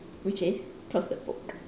which is close the book